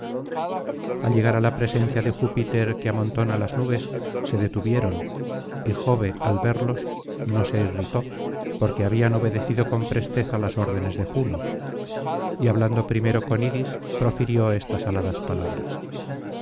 al llegar á la presencia de júpiter que amontona las nubes se detuvieron y jove al verlos no se irritó porque habían obedecido con presteza las órdenes de juno y hablando primero con iris profirió estas aladas palabras